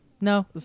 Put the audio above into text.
No